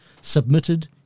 submitted